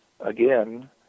again